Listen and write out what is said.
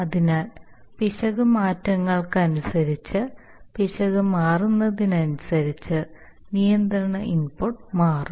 അതിനാൽ പിശക് മാറ്റങ്ങൾക്കനുസരിച്ച് പിശക് മാറുന്നതിനനുസരിച്ച് നിയന്ത്രണ ഇൻപുട്ട് മാറും